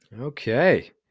Okay